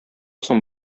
соң